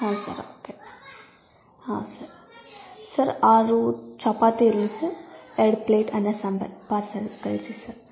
ಹಾಂ sir okay ಹಾಂ sir sir ಆರು ಚಪಾತಿ ಇರಲಿ ಸರ್ ಎರಡು ಪ್ಲೇಟ್ ಅನ್ನ ಸಾಂಬಾರು ಪಾರ್ಸಲ್ ಕಳಿಸಿ ಸರ್